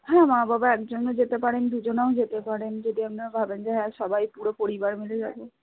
হ্যাঁ মা বাবা একজনও যেতে পারেন দুজনেও যেতে পারেন যদি আপনারা ভাবেন যে হ্যাঁ সবাই পুরো পরিবার মিলে যাব